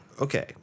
okay